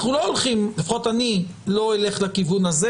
אנחנו לא הולכים, לפחות אני לא אלך לכיוון הזה.